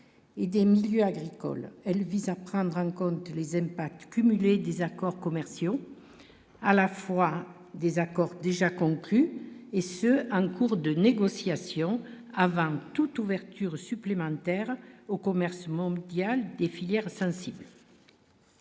et des milieux agricoles, elle vise à prendre en compte les impacts cumulés des accords commerciaux, à la fois des accords déjà conclus. Et ce, en cours de négociation avant toute ouverture supplémentaire au commerce des filières cible.